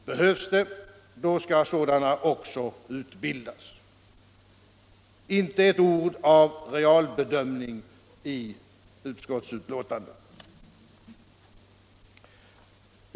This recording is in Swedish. Behövs det, då skall sådana också utbildas. Inte ett ord av realbedömning i utskottsbetänkandet!